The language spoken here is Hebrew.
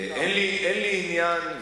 אין לי עניין,